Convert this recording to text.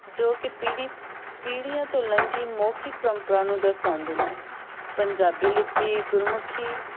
ਜੋ ਕਿ ਪੀੜ੍ਹੀ ਪੀੜ੍ਹੀਆਂ ਤੋਂ ਲੰਘੀ ਮੌਖਿਕ ਪਰੰਪਰਾ ਨੂੰ ਦਰਸਾਉਂਦੇ ਨੇ ਪੰਜਾਬੀ ਲਿਪੀ ਗੁਰਮੁਖੀ